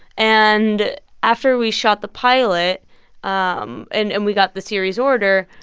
and after we shot the pilot um and and we got the series order,